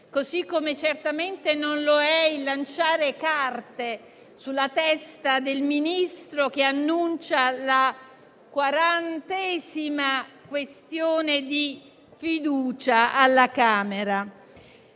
così come certamente non lo è il lanciare carte sulla testa del Ministro che annuncia l'apposizione della quarantesima questione di fiducia alla Camera.